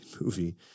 movie